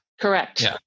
Correct